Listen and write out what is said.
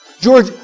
George